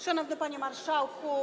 Szanowny Panie Marszałku!